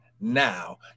now